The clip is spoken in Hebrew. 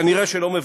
כנראה לא מוותרים.